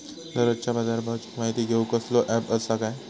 दररोजच्या बाजारभावाची माहिती घेऊक कसलो अँप आसा काय?